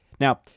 Now